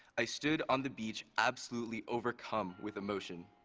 i stood on the beach absolutely overcome with emotion.